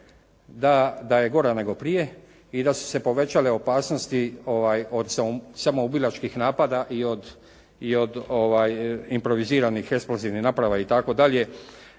da je gora nego prije i da su se povećale opasnosti od samoubilačkih napada i od improviziranih eksplozivnih naprava itd.